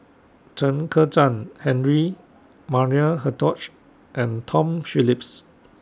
Chen Kezhan Henri Maria Hertogh and Tom Phillips